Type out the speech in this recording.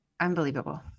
Unbelievable